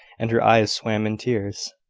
and her eyes swam in tears.